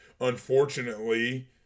Unfortunately